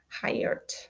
hired